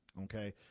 okay